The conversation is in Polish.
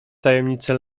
tajemnicę